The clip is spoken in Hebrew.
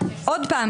שוב,